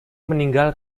meninggal